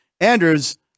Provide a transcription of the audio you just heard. Andrew's